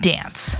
Dance